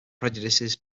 prejudices